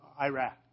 Iraq